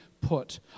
put